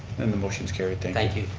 and the motion's carried thank you.